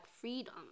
freedom